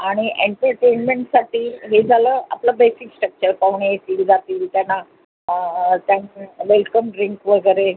आणि एंटरटेनमेंटसाठी हे झालं आपलं बेसिक स्ट्रक्चर पाहुणे येतील जातील त्यांना त्यांना वेलकम ड्रिंक वगैरे